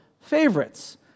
favorites